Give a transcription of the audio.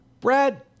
Brad